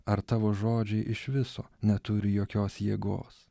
ar tavo žodžiai iš viso neturi jokios jėgos